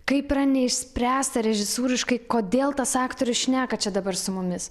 kaip yra neišspręsta režisūriškai štai kodėl tas aktorius šneka čia dabar su mumis